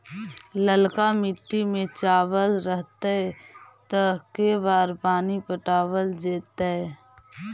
ललका मिट्टी में चावल रहतै त के बार पानी पटावल जेतै?